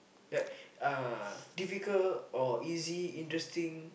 like uh difficult or easy interesting